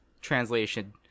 translation